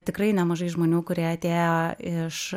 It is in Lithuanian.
tikrai nemažai žmonių kurie atėjo iš